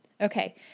Okay